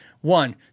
One